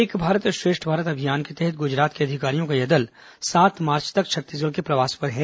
एक भारत श्रेष्ठ भारत अभियान के तहत गुजरात के अधिकारियों का यह दल सात मार्च तक छत्तीसगढ़ के प्रवास पर है